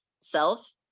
self